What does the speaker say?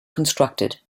constructed